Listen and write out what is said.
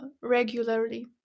regularly